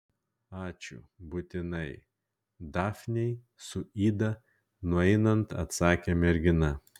ačiū būtinai dafnei su ida nueinant atsakė mergina